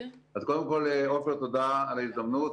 קודם כל, עפר, תודה על ההזדמנות.